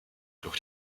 durch